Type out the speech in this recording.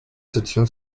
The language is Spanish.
sección